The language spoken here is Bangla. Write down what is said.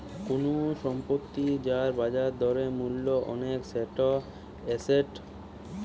কুনু সম্পত্তি যার বাজার দরে মূল্য অনেক সেটা এসেট